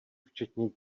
včetně